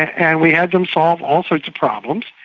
and we had them solve all sorts of problems.